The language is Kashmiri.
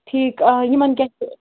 ٹھیٖک یِمَن کیٛاہ چھِ